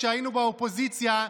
כשהיינו באופוזיציה,